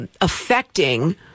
affecting